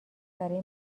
برای